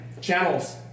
Channels